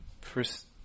First